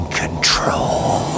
control